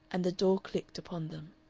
and the door clicked upon them.